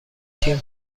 تیم